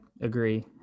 agree